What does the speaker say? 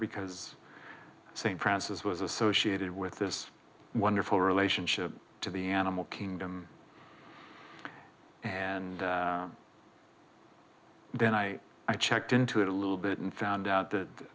because st francis was associated with this wonderful relationship to the animal kingdom and then i i checked into it a little bit and found out that